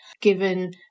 Given